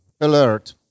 alert